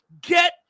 get